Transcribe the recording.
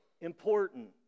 important